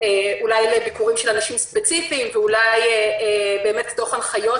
אולי לביקורים של אנשים ספציפיים ואולי מתוך הנחיות